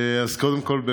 אז קודם כול,